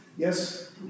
Yes